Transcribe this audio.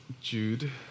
Jude